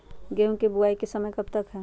गेंहू की बुवाई का समय कब तक है?